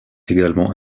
également